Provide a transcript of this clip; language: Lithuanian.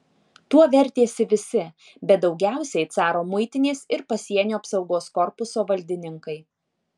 tuo vertėsi visi bet daugiausiai caro muitinės ir pasienio apsaugos korpuso valdininkai